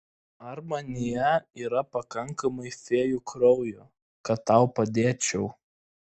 ar manyje yra pakankamai fėjų kraujo kad tau padėčiau